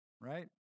right